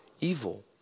evil